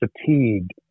fatigued